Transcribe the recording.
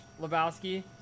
Lebowski